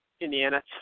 Indiana